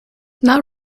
not